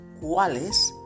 ¿Cuáles